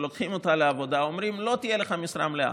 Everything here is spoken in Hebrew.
כשלוקחים אותה לעבודה אומרים: לא תהיה לך משרה מלאה,